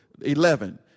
Eleven